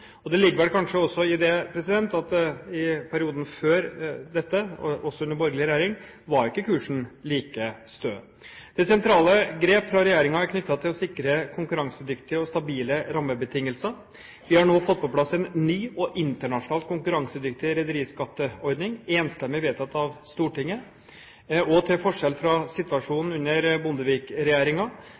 Det ligger vel kanskje også i det at i perioden før dette, også under den borgerlige regjering, var ikke kursen like stø. Det sentrale grep fra regjeringen er knyttet til å sikre konkurransedyktige og stabile rammebetingelser. Vi har nå fått på plass en ny og internasjonal konkurransedyktig rederiskatteordning, enstemmig vedtatt av Stortinget. Til forskjell fra situasjonen under